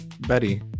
Betty